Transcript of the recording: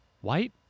white